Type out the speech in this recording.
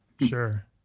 Sure